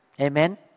Amen